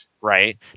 right